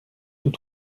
tous